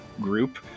group